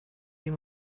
you